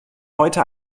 heute